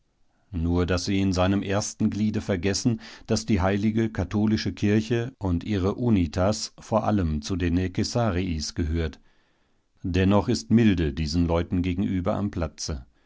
nur daß sie in seinem ersten gliede vergessen daß die heilige katholische kirche und ihre unitas vor allem zu den necessariis gehört dennoch ist milde diesen leuten gegenüber am platze